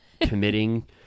committing